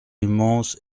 immense